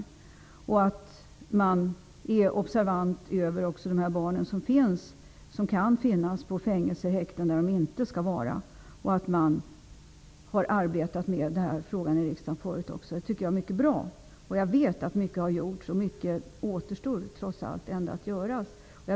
Man kommer också att vara mera observant på de barn som kan finnas på fängelser eller i häkten, där de inte skall vara. Frågan har ju behandlats i riksdagen förut. Det är mycket bra. Jag vet att mycket har gjorts, men mycket återstår ändå att göra.